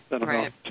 Right